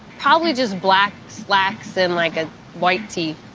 probably, just black slacks and like a white tee.